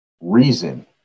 reason